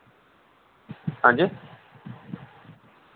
हांजी